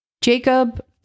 Jacob